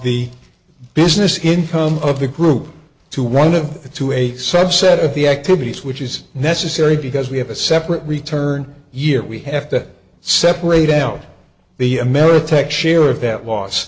the business income of the group to one of the two a subset of the activities which is necessary because we have a separate return year we have to separate out the ameritech share of that was